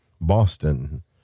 Boston